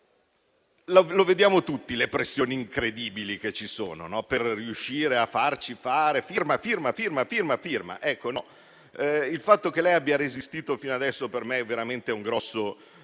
vediamo tutti le pressioni incredibili che ci sono per riuscire a farla firmare. Ecco, il fatto che lei abbia resistito fino adesso per me è veramente un grosso